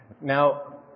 Now